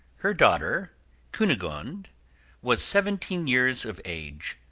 her daughter cunegonde was seventeen years of age,